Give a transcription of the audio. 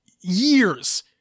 years